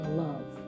love